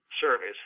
service